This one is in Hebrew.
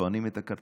טוענים את הכרטיס,